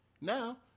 Now